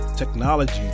Technology